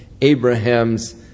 Abraham's